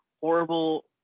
horrible